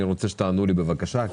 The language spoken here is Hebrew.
אני רוצה שתענו לי בבקשה,